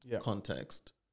context